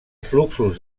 fluxos